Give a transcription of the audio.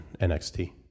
NXT